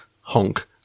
honk